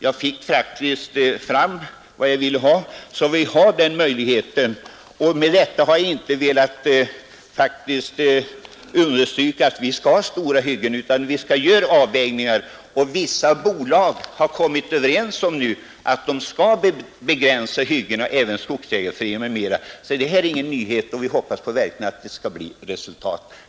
Jag fick faktiskt som jag ville, så den möjligheten finns. Med detta har jag inte hävdat att vi inte skall ha stora hyggen utan velat understryka att det måste göras avvägningar. Vissa bolag och skogsägarföreningar har också kommit överens om att begränsa hyggena. Önskemålet att det skall tas miljöhänsyn i samband med skogsbruk är alltså ingen nyhet, och jag hoppas att de träffade överenskommelserna skall ge resultat.